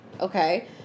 Okay